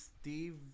Steve